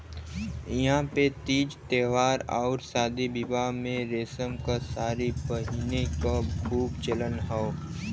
इहां पे तीज त्यौहार आउर शादी बियाह में रेशम क सारी पहिने क खूब चलन हौ